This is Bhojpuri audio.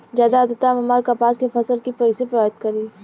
ज्यादा आद्रता हमार कपास के फसल कि कइसे प्रभावित करी?